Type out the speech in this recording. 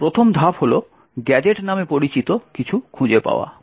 প্রথম ধাপ হল গ্যাজেট নামে পরিচিত কিছু খুঁজে পাওয়া